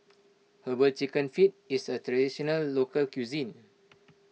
Herbal Chicken Feet is a Traditional Local Cuisine